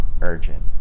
urgent